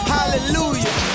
Hallelujah